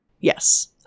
Yes